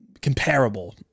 comparable